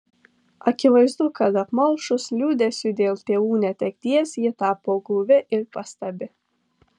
akivaizdu kad apmalšus liūdesiui dėl tėvų netekties ji tapo guvi ir pastabi